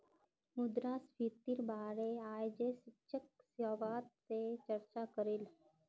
मुद्रास्फीतिर बारे अयेज शिक्षक सभा से चर्चा करिल